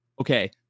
okay